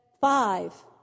Five